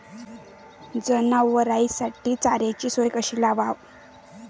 जनावराइसाठी चाऱ्याची सोय कशी लावाव?